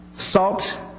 Salt